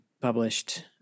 published